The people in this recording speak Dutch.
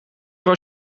voor